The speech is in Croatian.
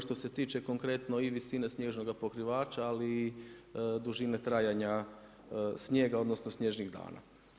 Što se tiče konkretno i visine snježnoga pokrivača, ali i dužine trajanja snijega, odnosno snježnih dana.